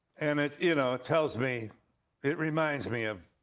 and it you know, it tells me it reminds me of